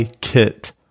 Kit